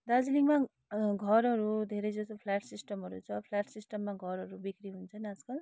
दार्जिलिङमा घरहरू धेरैजस्तो फ्ल्याट सिस्टमहरू छ फ्ल्याट सिस्टममा घरहरू बिक्री हुन्छन् आजकल